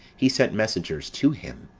he sent messengers to him,